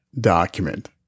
Document